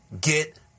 get